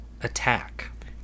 attack